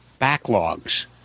backlogs